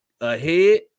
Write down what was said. ahead